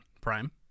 Prime